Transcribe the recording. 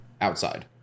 outside